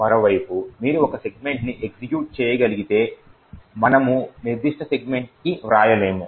మరోవైపు మీరు ఒక సెగ్మెంట్ ని ఎగ్జిక్యూట్ చేయగలిగితే మనము నిర్దిష్ట సెగ్మెంట్ కి వ్రాయలేము